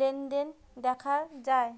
লেনদেন দেখা যায়?